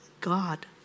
God